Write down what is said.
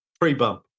Pre-bump